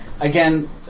Again